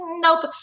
Nope